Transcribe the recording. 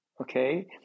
okay